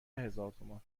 هزارتومان